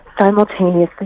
simultaneously